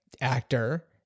actor